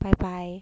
bye bye